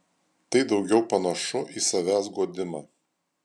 tai daugiau panašu į savęs guodimą